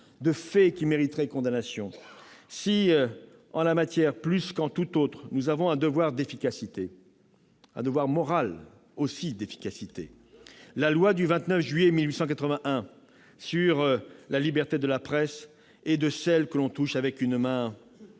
de faits qui mériteraient condamnation. Si, en la matière plus qu'en tout autre, nous avons un devoir moral d'efficacité, la loi du 29 juillet 1881 sur la liberté de la presse est de celles que l'on touche avec une main